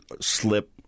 slip